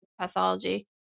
Pathology